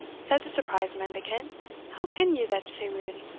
said the surprised mendicant how ken ye that sae weel?